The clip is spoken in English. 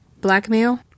Blackmail